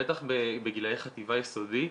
בטח בגילאי חטיבה ויסודי,